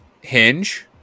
Hinge